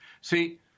See